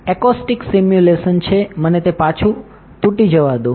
acoustic simulation છે મને તે પાછું તૂટી જવા દો